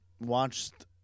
watched